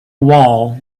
wall